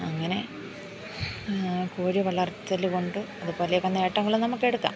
അങ്ങനെ കോഴി വളർത്തൽ കൊണ്ട് അതുപോലെയൊക്കെ നേട്ടങ്ങൾ നമുക്കെടുക്കാം